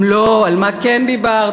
אם לא, על מה כן דיברתם?